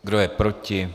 Kdo je proti?